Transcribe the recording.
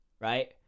Right